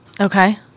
Okay